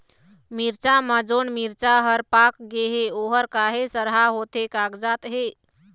मिरचा म जोन मिरचा हर पाक गे हे ओहर काहे सरहा होथे कागजात हे?